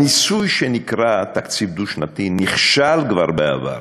הניסוי שנקרא תקציב דו-שנתי נכשל כבר בעבר,